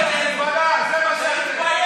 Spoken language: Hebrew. מבריחים טלפונים לרוצחים.